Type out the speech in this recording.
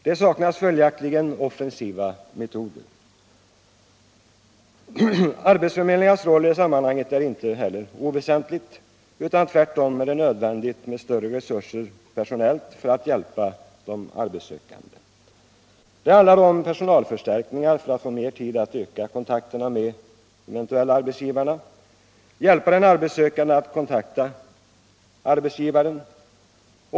Det saknas följaktligen offensiva metoder. Arbetsförmedlingarnas roll i sammanhanget är inte oväsentlig; tvärtom är det nödvändigt med större personella resurser för att hjälpa de arbetssökande. Det handlar om personalförstärkningar för att arbetsförmedlarna skall få tid att öka sina kontakter med de eventuella arbetsgivarna och att hjälpa de arbetssökande au kon” takta dem.